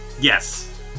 yes